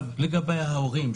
לגבי ההורים,